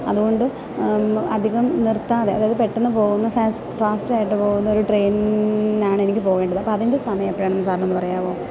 അതുകൊണ്ട് അധികം നിർത്താതെ അതായത് പെട്ടെന്ന് പോകുന്ന ഫാസ്റ്റ് ആയിട്ട് പോകുന്ന ഒരു ട്രെയിനിനാണ് എനിക്ക് പോകേണ്ടത് അപ്പോള് അതിൻ്റെ സമയം എപ്പോഴാണെന്ന് സാറിനൊന്ന് പറയാമോ